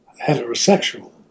heterosexual